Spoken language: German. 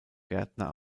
gärtner